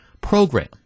program